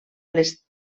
les